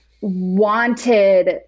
wanted